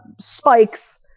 spikes